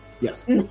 Yes